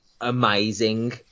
Amazing